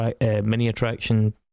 mini-attraction